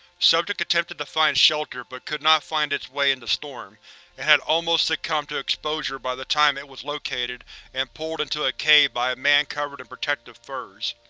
subject attempted to find shelter but could not find its way in the storm, and had almost succumbed to exposure by the time it was located and pulled into a cave by a man covered in protective furs.